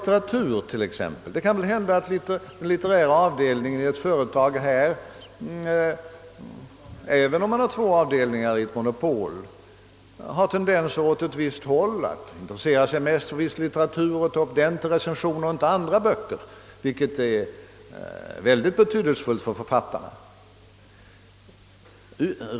Tag t.ex. litteraturen! Om man har ett monopol, kan det hända att den litterära avdelningen i företaget har tendenser åt ett visst håll och mest intresserar sig för litteratur och recensioner av dessa och inte av andra böcker, något som är mycket betydelsefullt för författarna.